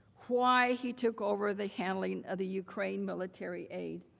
why he took over the handling of the ukraine military aid.